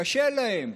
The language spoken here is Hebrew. קשה להם.